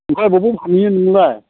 ओमफ्राय बबाव फानहैयो नोंलाय